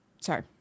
Sorry